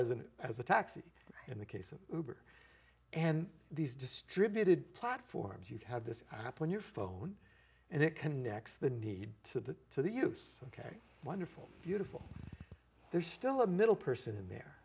isn't as a taxi in the case of and these distributed platforms you've had this happen your phone and it connects the need to the to the use ok wonderful beautiful there's still a middle person in there